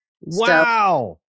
Wow